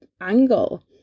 angle